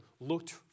looked